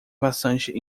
bastante